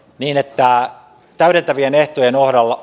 niin että täydentävien ehtojen